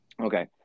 Okay